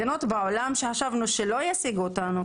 מדינות בעולם שחשבנו שלא ישיגו אותנו,